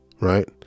right